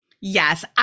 Yes